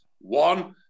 One